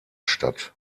statt